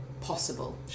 possible